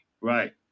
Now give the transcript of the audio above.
Right